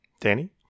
Danny